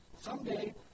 someday